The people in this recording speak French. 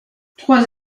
trois